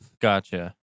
gotcha